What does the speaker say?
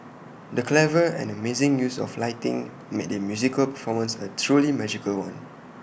the clever and amazing use of lighting made the musical performance A truly magical one